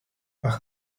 par